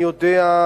אני יודע,